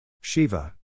Shiva